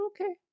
okay